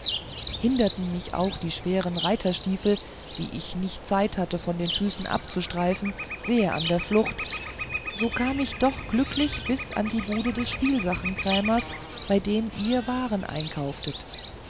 hinderten mich auch die schweren reiterstiefel die ich nicht zeit hatte von den füßen abzustreifen sehr an der flucht so kam ich doch glücklich bis an die bude des spielsachenkrämers bei dem ihr waren einkauftet